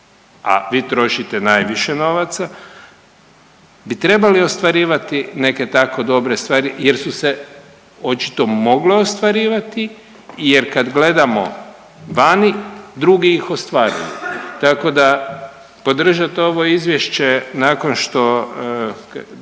a vi trošite najviše novaca bi trebali ostvarivati neke tako dobre stvari jer su se očito mogle ostvarivati jer kad gledamo vani drugi ih ostvaruju. Tako da podržat ovo izvješće nakon što